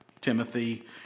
Timothy